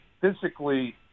physically